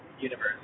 universe